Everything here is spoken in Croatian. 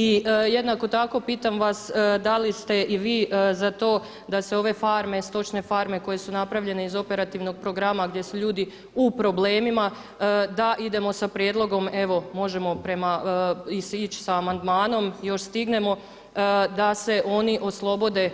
I jednako tako pitam vas, da li ste i vi za to da se ove stočne farme koje su napravljene iz Operativnog programa gdje su ljudi u problemima da idemo sa prijedlogom evo možemo prema ići sa amandmanom još stignemo, da se oni oslobode